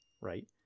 right